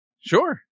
Sure